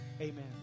amen